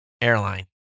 airline